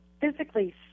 physically